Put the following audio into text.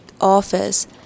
office